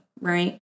right